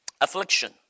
Affliction